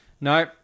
No